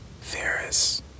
Ferris